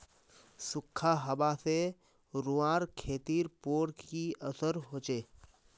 सुखखा हाबा से रूआँर खेतीर पोर की असर होचए?